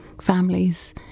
families